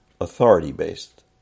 authority-based